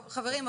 חברים,